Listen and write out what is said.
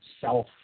self